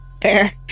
Fair